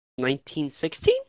1916